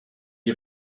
die